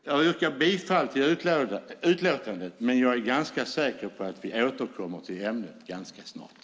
Jag yrkar bifall till förslaget i utlåtandet. Men jag är säker på att vi återkommer till ämnet ganska snart.